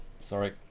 sorry